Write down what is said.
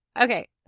Okay